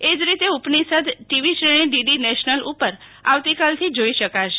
એજ રીતે ઉપનિષદ ટીવી શ્રેણી DD National ઉપર આવતીકાલથી જોઈ શકાશે